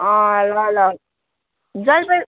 अँ ल ल जलपाई